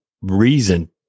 reason